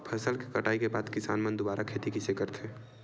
फसल के कटाई के बाद किसान मन दुबारा खेती कइसे करथे?